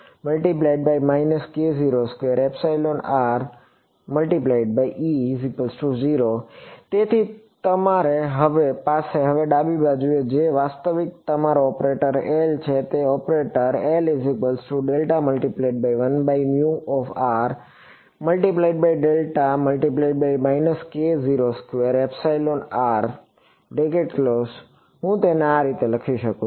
તેથી તમારી પાસે હવે ડાબી બાજુએ જે છે તે વાસ્તવમાં તમારો ઓપરેટર L છે તેથી ઓપરેટર હું તેને આ રીતે લખી શકું છું